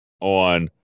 on